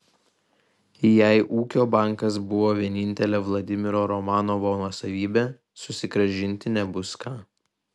jei ūkio bankas buvo vienintelė vladimiro romanovo nuosavybė susigrąžinti nebus ką